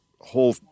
whole